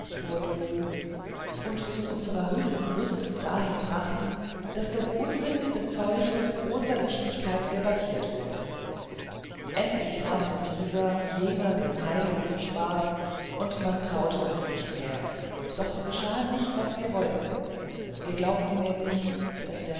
vortrugen und zu unserer höchsten lust es dahin brachten daß das unsinnigste zeug mit großer wichtigkeit debattiert wurde endlich merkte dieser jener den heillosen spaß man traute uns nicht mehr doch geschah nicht was wir wollten wir glaubten nämlich daß der